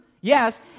yes